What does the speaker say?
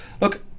look